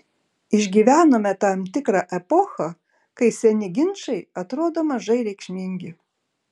išgyvenome tam tikrą epochą kai seni ginčai atrodo mažai reikšmingi